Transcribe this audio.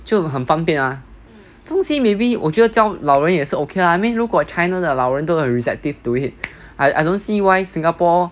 就很方便 mah 这种东西 maybe 我觉得教老人也是 okay ah I mean 如果 china 的老人都很 receptive to it I don't I don't see why singapore